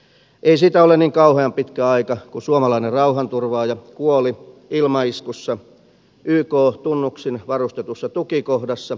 ei siitä ole niin kauhean pitkä aika kun suomalainen rauhanturvaaja kuoli ilmaiskussa yk tunnuksin varustetussa tukikohdassa